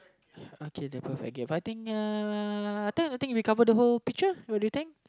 okay the perfect gift I think uh then I think we cover the whole picture what do you think